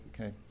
Okay